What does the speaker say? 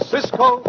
Cisco